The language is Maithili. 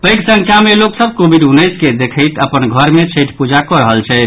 पैघ संख्या मे लोक सभ कोविड उन्नैस के देखैत अपन घर मे छठि पूजा कऽ रहल छथि